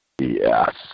Yes